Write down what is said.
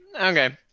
Okay